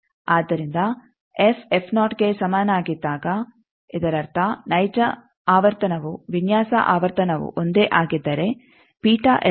ಆದ್ದರಿಂದ ಎಫ್ ಗೆ ಸಮನಾಗಿದ್ದಾಗ ಇದರರ್ಥ ನೈಜ ಆವರ್ತನವು ವಿನ್ಯಾಸ ಆವರ್ತನವು ಒಂದೇ ಆಗಿದ್ದರೆ ವು ಸರಳವಾಗಿ 2